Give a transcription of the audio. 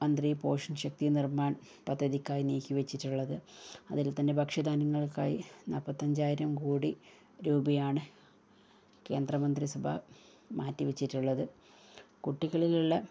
മന്ത്രി പോഷൺ ശക്തി നിർമ്മാൺ പദ്ധതിയ്ക്കായി നീക്കി വെച്ചിട്ടുള്ളത് അതിൽ തന്നെ ഭക്ഷ്യ ധാന്യങ്ങൾക്കായി നാ ൽപ്പത്തഞ്ചായിരം കോടി രൂപയാണ് കേന്ദ്ര മന്ത്രി സഭ മാറ്റിവെച്ചിട്ടുള്ളത് കുട്ടികളിലുള്ള